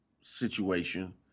situation